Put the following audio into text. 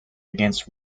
against